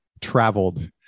traveled